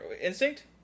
Instinct